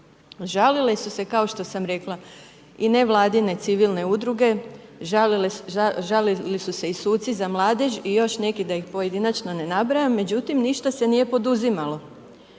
Žalile su se, kao što sam rekla i nevladine civilne udruge, žalili su se i suci za mladež i još neki da ih pojedinačno ne nabrajam, no međutim ništa se nije poduzimalo.